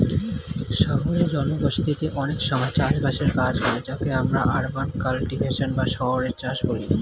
শহুরে জনবসতিতে অনেক সময় চাষ বাসের কাজ হয় যাকে আমরা আরবান কাল্টিভেশন বা শহুরে চাষ বলি